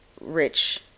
rich